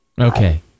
Okay